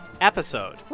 episode